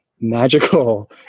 magical